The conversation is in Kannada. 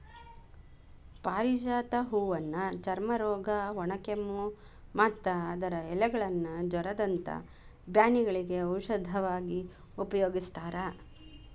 ಪಾರಿಜಾತ ಹೂವನ್ನ ಚರ್ಮರೋಗ, ಒಣಕೆಮ್ಮು, ಮತ್ತ ಅದರ ಎಲೆಗಳನ್ನ ಜ್ವರದಂತ ಬ್ಯಾನಿಗಳಿಗೆ ಔಷಧವಾಗಿ ಉಪಯೋಗಸ್ತಾರ